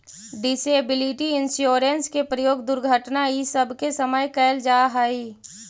disability insurance के प्रयोग दुर्घटना इ सब के समय कैल जा हई